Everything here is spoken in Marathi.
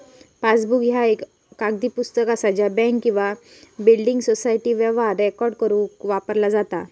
पासबुक ह्या एक कागदी पुस्तक असा ज्या बँक किंवा बिल्डिंग सोसायटी व्यवहार रेकॉर्ड करुक वापरला जाता